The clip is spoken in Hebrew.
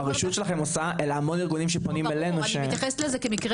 הרשות עושה --- אני מתייחסת לזה כמקרה